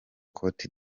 côte